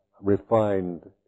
refined